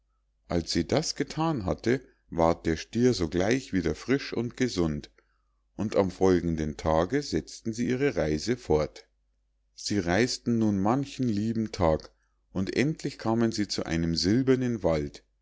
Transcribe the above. als sie das gethan hatte ward der stier sogleich wieder frisch und gesund und am folgenden tage setzten sie ihre reise fort sie reis'ten nun manchen lieben tag und endlich kamen sie zu einem silbernen wald